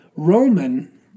Roman